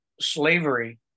slavery